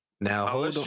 Now